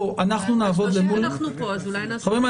חברים,